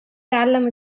تعلم